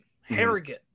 Harrogate